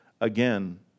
again